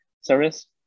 service